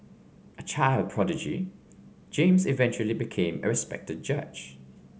a child prodigy James eventually became a respected judge